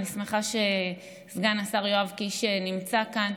אני שמחה שסגן השר יואב קיש נמצא כאן,